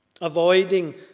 Avoiding